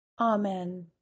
Amen